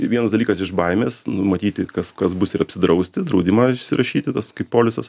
vienas dalykas iš baimės numatyti kas kas bus ir apsidrausti draudimą išsirašyti tas kaip polisas